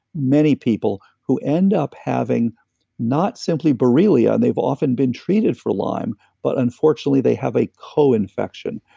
many people who end up having not simply borrelia, and they've often been treated for lyme, but unfortunately they have a co-infection.